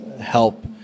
help